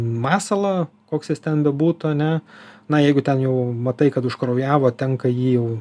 masalą koks jis ten bebūtų ar ne na jeigu ten jau matai kad užkraujavo tenka jį jau